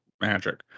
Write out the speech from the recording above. magic